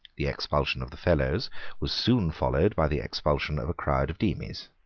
the expulsion of the fellows was soon followed by the expulsion of a crowd of demies.